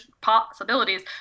possibilities